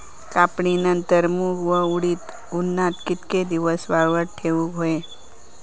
कापणीनंतर मूग व उडीद उन्हात कितके दिवस वाळवत ठेवूक व्हये?